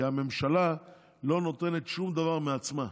כי הממשלה לא נותנת שום דבר מעצמה.